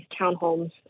townhomes